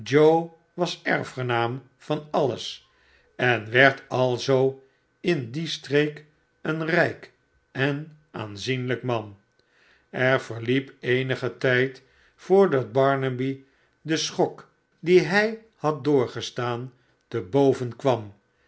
was erfgenaam van alles en werd alzoo in die streek een rijk en aanzienlijk man er verliep eenige tijd voordat barnaby den schok dien hij had doorgestaan te boven kwam